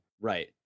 Right